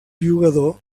jugador